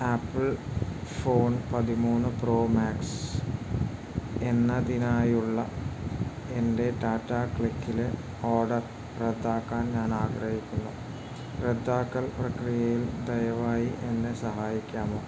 Apple phone പതിമൂന്ന് pro max എന്നതിനായുള്ള എൻ്റെ ടാറ്റാക്ലിക്കിലെ ഓഡർ റദ്ദാക്കാൻ ഞാൻ ആഗ്രഹിക്കുന്നു റദ്ദാക്കൽ പ്രക്രിയയിൽ ദയവായി എന്നെ സഹായിക്കാമോ